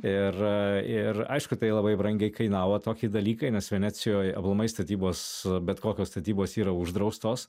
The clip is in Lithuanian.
ir ir aišku tai labai brangiai kainavo toki dalykai nes venecijoj aplamai statybos bet kokios statybos yra uždraustos